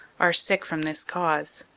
are sick from this cause.